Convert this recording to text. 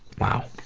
wow,